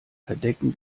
verdecken